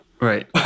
Right